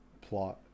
plot